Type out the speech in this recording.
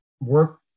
work